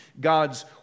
God's